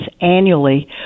annually